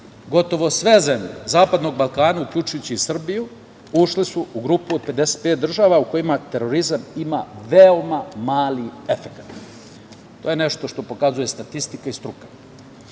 Gotovo sve zemlje Zapadnog Balkana, uključujući i Srbiju, ušle su u grupu od 55 država u kojima terorizam ima veoma mali efekat. To je nešto što pokazuje statistika i struka. Po